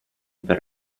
per